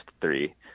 three